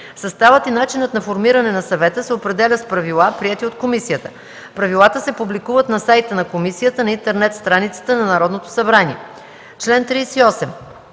Съставът и начинът на формиране на съвета се определят с правила, приети от комисията. Правилата се публикуват на сайта на комисията на интернет страницата на Народното събрание. Чл. 38.